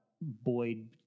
Boyd